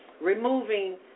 removing